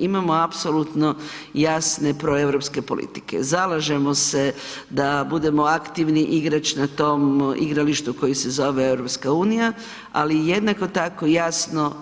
Imamo apsolutno jasne proeuropske politike, zalažemo se da budemo aktivni igrač na tom igralištu koji se zove EU ali i jednako tako jasno